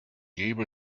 gave